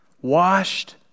washed